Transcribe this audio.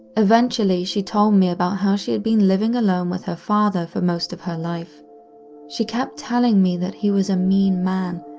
eventually she told me about how she had been living alone with her father for most of her life. and she kept telling me that he was a mean man,